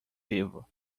vivo